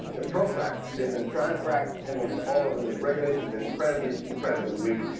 they're pro-fracking. they've been trying to frack i mean, all over the regulations have been incredibly, incredibly weak.